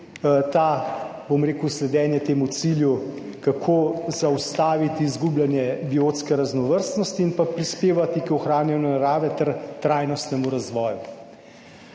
ta, bom rekel, sledenje temu cilju, kako zaustaviti izgubljanje biotske raznovrstnosti in pa prispevati k ohranjanju narave ter trajnostnemu razvoju.